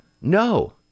No